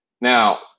Now